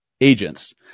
agents